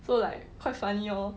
so like quite funny lor